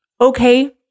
okay